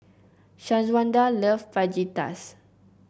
Shawanda loves Fajitas